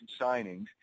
signings